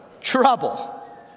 trouble